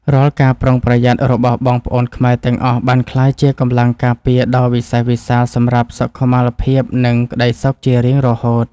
រាល់ការប្រុងប្រយ័ត្នរបស់បងប្អូនខ្មែរទាំងអស់ បានក្លាយជាកម្លាំងការពារដ៏វិសេសវិសាលសម្រាប់សុខុមាលភាព និងក្តីសុខជារៀងរហូត។